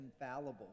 infallible